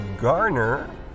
Garner